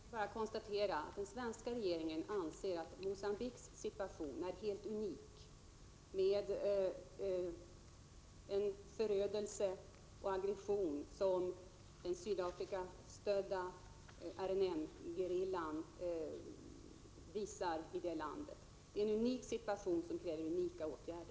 Herr talman! Jag vill bara konstatera att den svenska regeringen anser att Mogambiques situation är helt unik, med en förödelse och en aggression som den Sydafrikastödda RNM-gerillan svarar för i detta land. Det är en unik situation som kräver unika åtgärder.